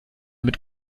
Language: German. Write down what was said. mit